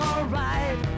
Alright